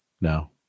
no